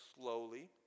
slowly